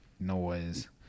noise